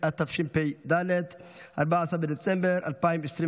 תודה רבה לחבר הכנסת שמחה רוטמן.